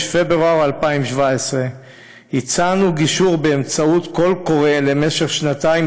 פברואר 2017. הצענו גישור באמצעות קול קורא למשך שנתיים,